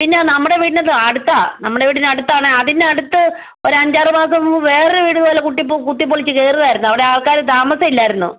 പിന്നെ നമ്മുടെ വീടിന് അടുത്താണ് നമ്മുടെ വീടിന് അടുത്താണ് അതിനടുത്ത് ഒര് അഞ്ചാറ് മാസം മുമ്പ് വേറൊരു വീട് ഇതുപോലെ കുട്ടിപൊ കുത്തിപൊളിച്ച് കേറുവായിരുന്നു അവിടെ ആൾക്കാര് താമസം ഇല്ലാരുന്നു